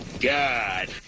God